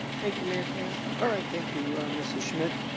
thank you montana. all right, thank you. mrs schmitt.